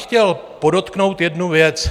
Chtěl bych podotknout jednu věc.